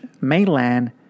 mainland